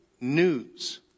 news